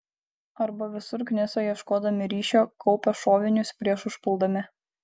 arba visur knisa ieškodami ryšio kaupia šovinius prieš užpuldami